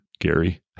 Gary